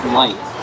light